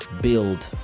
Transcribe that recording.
build